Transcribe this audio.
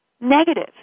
negative